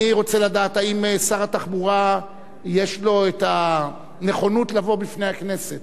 אני רוצה לדעת האם שר התחבורה יש לו הנכונות לבוא בפני הכנסת,